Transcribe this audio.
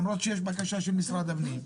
למרות שיש בקשה של משרד הפנים,